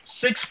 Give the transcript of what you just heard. six